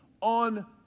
on